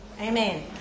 Amen